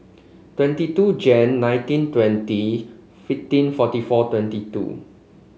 twenty two Jan nineteen twenty fifteen forty four twenty two